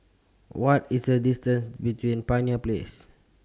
What IS The distance between Pioneer Place